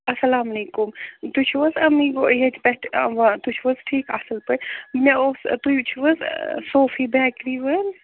اَسَلام علیکُم تُہۍ چھُو حظ امی گوٚو ییٚتہِ پٮ۪ٹھ تُہۍ چھُو حظ ٹھیٖک اصٕل پٲٹھۍ مےٚ اوس تُہۍ چھُوحظ صوفی بٮ۪کری وٲلۍ